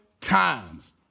times